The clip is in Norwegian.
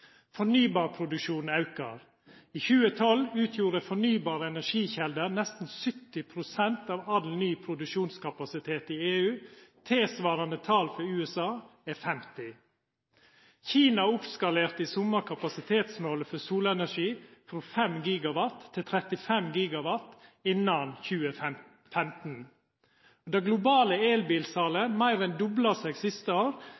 Fornybarproduksjonen aukar. I 2012 utgjorde fornybare energikjelder nesten 70 pst. av all ny produksjonskapasitet i EU. Tilsvarande tall for USA er 50 pst. Kina oppskalerte i sommar kapasitetsmålet for solenergi frå 5 GW til 35 GW innan 2015. Det globale elbilsalet